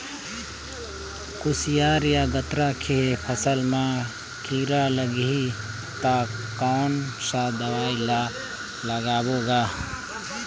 कोशियार या गन्ना के फसल मा कीरा लगही ता कौन सा दवाई ला लगाबो गा?